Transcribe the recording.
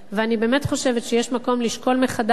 ואני באמת חושבת שיש מקום לשקול מחדש,